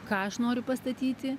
ką aš noriu pastatyti